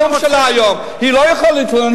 הוא דיבר על החברות שלה בוועדת הסל לפני הכנסת.